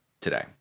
today